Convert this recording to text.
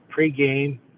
pregame